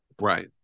Right